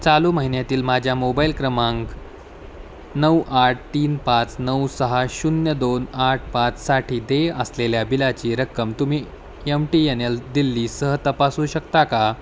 चालू महिन्यातील माझ्या मोबाईल क्रमांक नऊ आठ तीन पाच नऊ सहा शून्य दोन आठ पाचसाठी देय असलेल्या बिलाची रक्कम तुम्ही M T N L Delhi सह तपासू शकता का